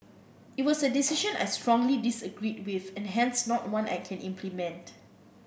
it was a decision I strongly disagreed with and hence not one I can implement